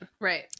Right